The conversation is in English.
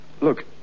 Look